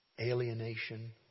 alienation